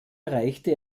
erreichte